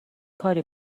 کاری